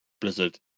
blizzard